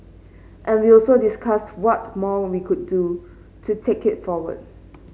and we also discussed what more we could do to take it forward